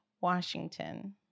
washington